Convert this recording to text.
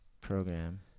program